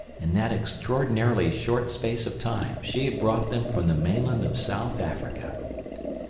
in that extraordinarily short space of time she had brought them from the mainland of south america.